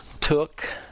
took